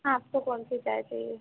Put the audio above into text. आपको कौनसी चाय चाहिए